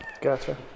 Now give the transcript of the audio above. Gotcha